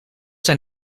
zijn